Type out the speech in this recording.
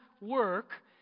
work